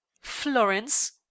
Florence